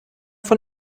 von